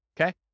Okay